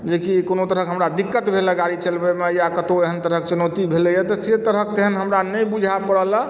जेकि कोनो तरहक हमरा दिक्कत भेल है गाड़ी चलबयमे यऽ कत्तौ एहन तरहक चुनौती भेले है तऽ से तरहक हमरा नहि बुझाइ पड़ल है